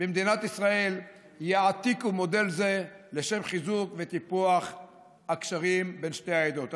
במדינת ישראל יעתיקו מודל זה לשם חיזוק וטיפוח הקשרים בין שתי העדות.